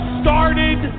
started